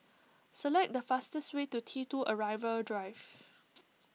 select the fastest way to T two Arrival Drive